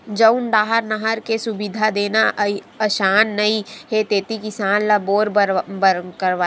जउन डाहर नहर के सुबिधा देना असान नइ हे तेती किसान ल बोर करवाए बर अउ पंप बर सब्सिडी देवत हे